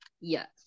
yes